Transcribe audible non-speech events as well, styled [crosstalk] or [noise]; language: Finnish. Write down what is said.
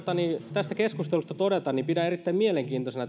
tästä keskustelusta todeta että pidän erittäin mielenkiintoisena [unintelligible]